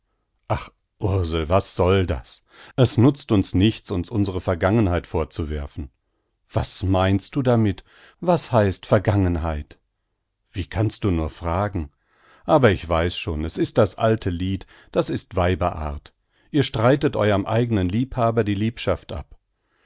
ursel was soll das es nutzt uns nichts uns unsere vergangenheit vorzuwerfen was meinst du damit was heißt vergangenheit wie kannst du nur fragen aber ich weiß schon es ist das alte lied das ist weiberart ihr streitet eurem eignen liebhaber die liebschaft ab